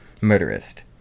Murderist